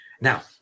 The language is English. Now